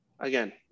Again